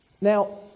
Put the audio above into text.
Now